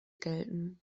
gelten